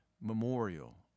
memorial